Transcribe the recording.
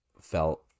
felt